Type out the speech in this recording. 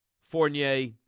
Fournier